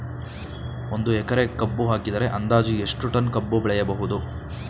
ಒಂದು ಎಕರೆ ಕಬ್ಬು ಹಾಕಿದರೆ ಅಂದಾಜು ಎಷ್ಟು ಟನ್ ಕಬ್ಬು ಬೆಳೆಯಬಹುದು?